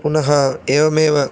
पुनः एवमेव